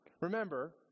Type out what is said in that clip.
remember